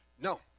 No